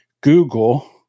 Google